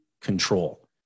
control